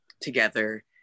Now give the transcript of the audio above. together